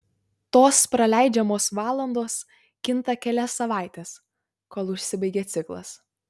tos praleidžiamos valandos kinta kelias savaites kol užsibaigia ciklas